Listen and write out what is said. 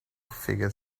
figure